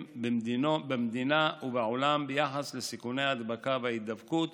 במדינה ובעולם ביחס לסיכוני ההדבקה וההידבקות